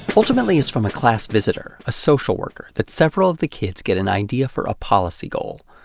ultimately it's from a class visitor, a social worker, that several of the kids get an idea for a policy goal.